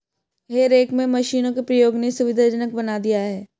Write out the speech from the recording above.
हे रेक में मशीनों के प्रयोग ने सुविधाजनक बना दिया है